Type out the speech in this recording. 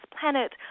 planet